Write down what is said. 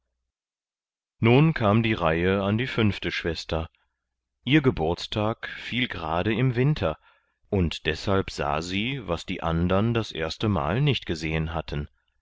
nun kam die reihe an die fünfte schwester ihr geburtstag fiel gerade im winter und deshalb sah sie was die andern das erste mal nicht gesehen hatten